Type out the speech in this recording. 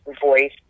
voice